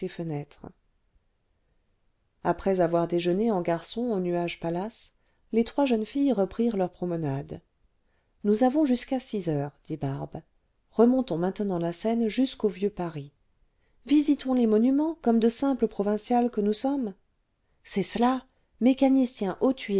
rès avoir déjeuné en garçons au nuage palace les trois jeunes filles reprirent leur promenadece nous avons jusqu'à six heures dit barbe remontons maintenant la seine jusqu'au vieux paris visitons les monuments comme de simples provinciales que nous sommes c'est cela mécanicien